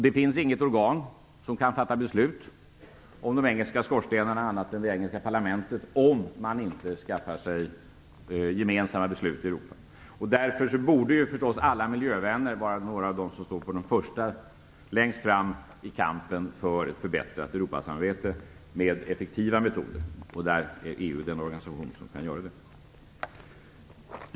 Det finns inget organ som kan fatta beslut om de engelska skorstenarna annat än det engelska parlamentet, om man inte fattar gemensamma beslut i Europa. Därför borde förstås alla miljövänner vara några av dem som står längst fram i kampen för ett förbättrat Europasamarbete med effektiva metoder. EU är den organisation som kan göra det.